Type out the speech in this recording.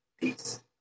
Peace